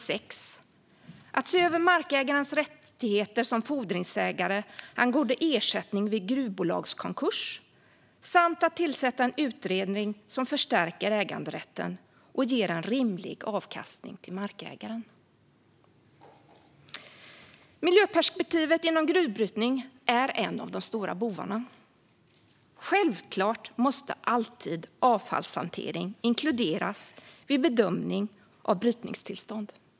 Det handlar om att se över markägarens rättigheter som fordringsägare angående ersättning vid gruvbolagskonkurs samt att tillsätta en utredning som förstärker äganderätten och ger en rimlig avkastning till markägaren. Miljöperspektivet inom gruvbrytning är en av de stora bovarna. Självklart måste alltid avfallshantering inkluderas vid bedömning av brytningstillstånd.